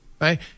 right